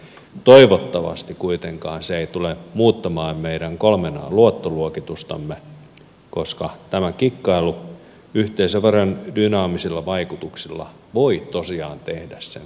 toivottavasti kuitenkaan se ei tule muuttamaan meidän kolmen an luottoluokitustamme koska tämä kikkailu yhteisöverojen dynaamisilla vaikutuksilla voi tosiaan tehdä sen